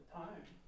time